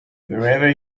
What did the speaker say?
wherever